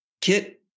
Kit